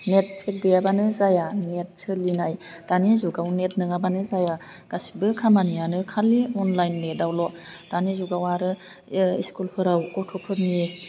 net pack गैयाबानो जाया net सोलिनाय दानि जुगाव नेट नोङाबानो जाया गासिबो खामानियानो खालि अनलाइन नेट आवल' दानि जुगाव आरो स्कुल फोराव गथ'फोरनि